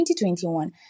2021